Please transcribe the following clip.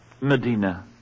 Medina